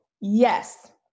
Yes